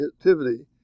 activity